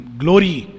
glory